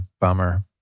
bummer